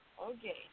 Okay